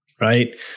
right